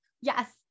Yes